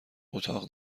اتاق